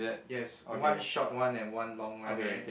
yes one short one and one long one right